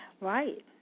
Right